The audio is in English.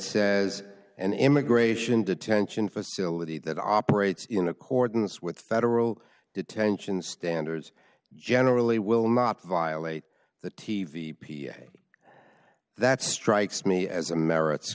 says an immigration detention facility that operates in accordance with federal detention standards generally will not violate the t v that strikes me as a merits